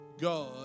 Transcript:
God